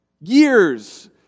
years